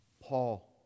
Paul